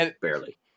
Barely